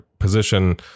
Position